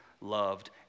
loved